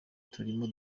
turimo